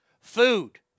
Food